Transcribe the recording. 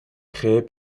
créé